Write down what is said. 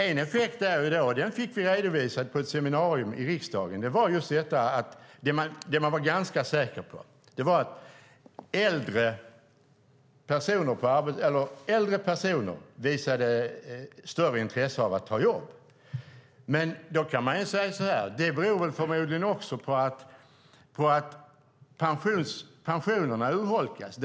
En effekt fick vi redovisad på ett seminarium i riksdagen, och den var man ganska säker på. Den handlade om att äldre personer visade större intresse av att ta jobb. Då kan man säga att det förmodligen beror på att pensionerna urholkas.